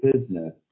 business